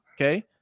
Okay